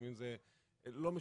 לא משנה,